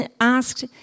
asked